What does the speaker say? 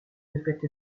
devraient